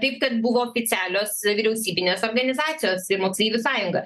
taip kad buvo oficialios vyriausybinės organizacijos ir moksleivių sąjunga